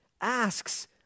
asks